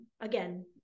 Again